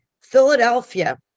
Philadelphia